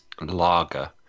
lager